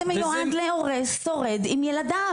זה מיועד להורה שורד עם ילדיו.